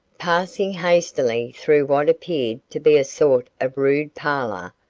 passing hastily through what appeared to be a sort of rude parlor,